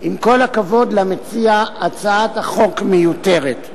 עם כל הכבוד למציע, הצעת החוק מיותרת.